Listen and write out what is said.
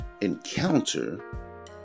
encounter